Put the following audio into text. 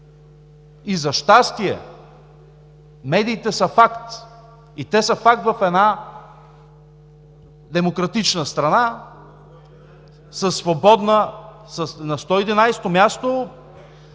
и за щастие, медиите са факт, и те са факт в една демократична страна, със свободна… ГЕОРГИ